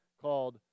called